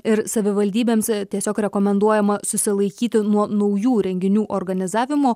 ir savivaldybėms tiesiog rekomenduojama susilaikyti nuo naujų renginių organizavimo